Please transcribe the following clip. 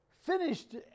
finished